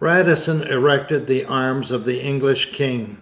radisson erected the arms of the english king.